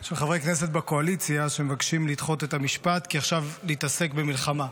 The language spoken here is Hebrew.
של חברי כנסת בקואליציה שמבקשים לדחות את המשפט כי עכשיו נתעסק במלחמה.